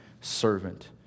servant